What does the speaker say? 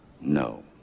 No